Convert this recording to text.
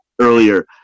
earlier